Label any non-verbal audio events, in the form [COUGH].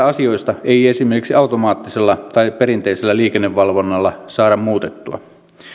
[UNINTELLIGIBLE] asioita ei esimerkiksi automaattisella tai perinteisellä liikennevalvonnalla saada muutettua